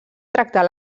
tractar